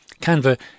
Canva